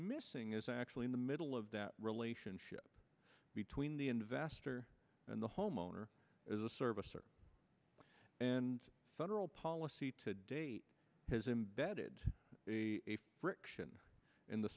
missing is actually in the middle of that relationship between the investor and the homeowner as a service or and federal policy to date has embedded a friction in the